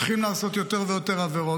מתחילים לעשות יותר ויותר עבירות,